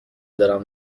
دارم